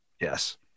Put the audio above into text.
Yes